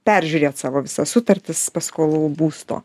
peržiūrėt savo visas sutartis paskolų būsto